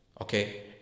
okay